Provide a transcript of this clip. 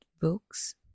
books